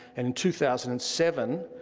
in two thousand and seven,